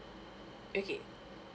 okay